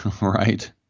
Right